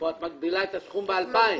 פה את מגבילה את הסכום ב-2,000.